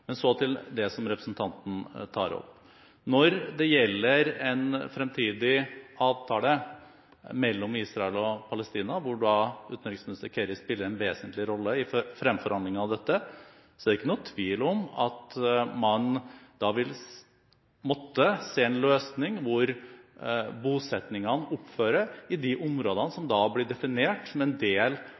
Men til det som representanten tar opp. Når det gjelder en fremtidig avtale mellom Israel og Palestina, som utenriksminister Kerry spiller en vesentlig rolle i fremforhandlingen av, er det ikke noen tvil om at man vil måtte se en løsning hvor bosettingen opphører i de områdene som blir definert som en del